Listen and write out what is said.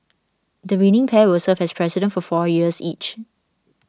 the winning pair will serve as President for four years each